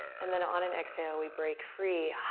and then on an exhale, we break free.